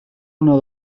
una